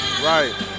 Right